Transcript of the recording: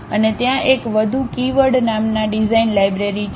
અને ત્યાં એક વધુ કીવર્ડ નામ ડિઝાઇન લાઇબ્રેરી છે